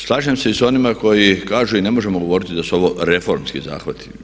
Slaže se i s onima koji kažu i ne možemo govoriti da su ovo reformski zakoni.